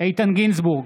איתן גינזבורג,